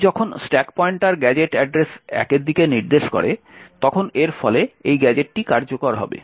তাই যখন stack pointer gadget ঠিকানা 1 এর দিকে নির্দেশ করে তখন এর ফলে এই গ্যাজেটটি কার্যকর হবে